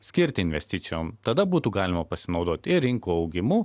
skirti investicijoms tada būtų galima pasinaudot ir rinkų augimu